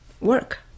work